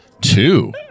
Two